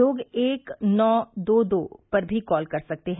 लोग एक नौ दो दो पर कॉल भी कर सकते हैं